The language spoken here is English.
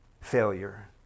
failure